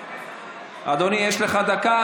אדוני, יש לך דקה.